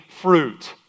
fruit